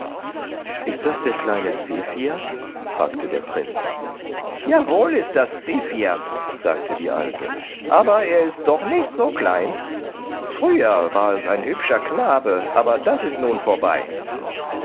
ist das der kleine zephir fragte der prinz ja wohl ist das zephir sagte die alte aber er ist doch nicht so klein früher war es ein hübscher knabe aber das ist nun vorbei